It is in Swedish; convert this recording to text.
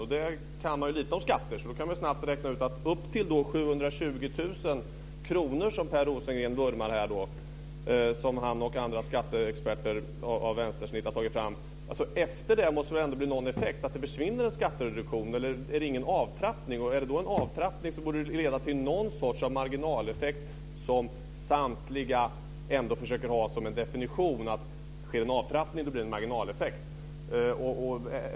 Om man kan lite om skatter kan man snabbt räkna ut att efter 720 000 kr, som Per Rosengren och andra skatteexperter av vänstersnitt har tagit fram, måste det väl ändå bli någon effekt. Det måste försvinna en skattereduktion. Eller är det ingen avtrappning? Om det är en avtrappning borde det leda till någon sorts marginaleffekt. Samtliga försöker ju definiera det så att sker det en avtrappning blir det en marginaleffekt.